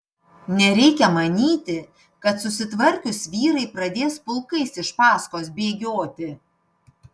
nereikia manyti kad susitvarkius vyrai pradės pulkais iš paskos bėgioti